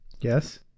Yes